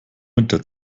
winter